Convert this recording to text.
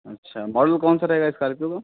अच्छा मॉडल कौन सा रहेगा इस्कोर्पियो का